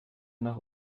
nach